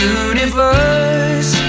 universe